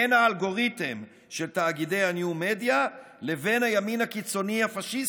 בין האלגוריתם של תאגידי הניו מדיה לבין הימין הקיצוני הפשיסטי.